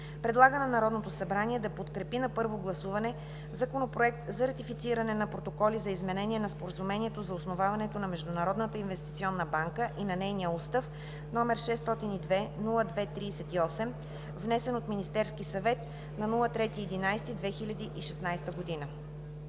предлага на Народното събрание да подкрепи на първо гласуване Законопроект за ратифициране на Протоколи за изменение на Споразумението за основаването на Международната инвестиционна банка и на нейния устав, № 602-02-38, внесен от Министерския съвет на 3 ноември